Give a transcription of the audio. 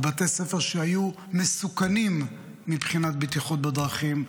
בתי ספר שהיו מסוכנים מבחינת בטיחות בדרכים,